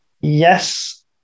yes